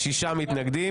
6 נגד,